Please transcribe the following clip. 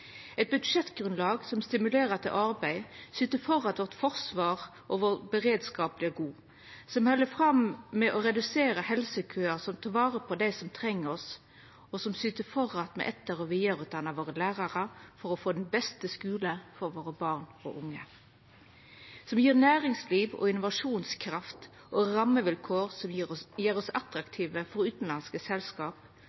eit budsjettgrunnlag som stimulerer til arbeid, som syter for at me styrkjer forsvaret og beredskapen vår, som held fram med å redusera helsekøar, som tek vare på dei som treng oss, som syter for at me etter- og vidareutdannar lærarane våre for å få den beste skulen for våre barn og unge, og som gjev næringslivet innovasjonskraft og rammevilkår som gjer oss